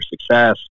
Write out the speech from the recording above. success